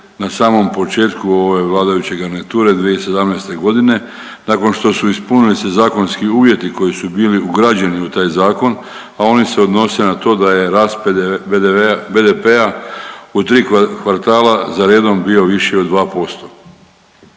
na samom početku ove vladajuće garniture 2017. godine nakon što su ispunili se zakonski uvjeti koji su bili ugrađeni u taj zakon, a oni se odnose na to da je rast BDP-a u tri kvartala za redom bio viši od 2%.